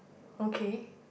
okay